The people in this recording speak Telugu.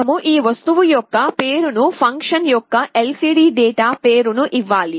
మేము ఈ వస్తువు యొక్క పేరును ఫంక్షన్ యొక్క ఎల్సిడి డాట్ పేరును ఇవ్వాలి